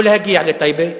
לא להגיע לטייבה.